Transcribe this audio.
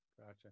Gotcha